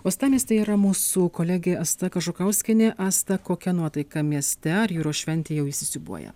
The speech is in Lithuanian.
uostamiestyje yra mūsų kolegė asta kažukauskienė asta kokia nuotaika mieste ar jūros šventė jau įsisiūbuoja